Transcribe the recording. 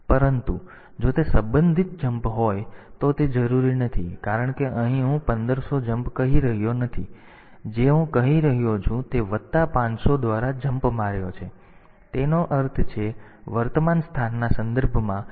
તેથી પરંતુ જો તે સંબંધિત જમ્પ હોય તો તે જરૂરી નથી કારણ કે અહીં હું 1500 જમ્પ કહી રહ્યો નથી જે હું કહી રહ્યો છું તે વત્તા 500 દ્વારા જમ્પ માર્યો છે તેનો અર્થ છે વર્તમાન સ્થાનના સંદર્ભમાં છે